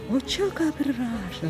o čia ką prirašė